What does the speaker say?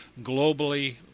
Globally